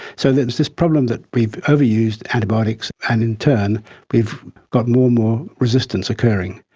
so there's this problem that we've overused antibiotics, and in turn we've got more and more resistance occurring.